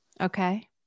Okay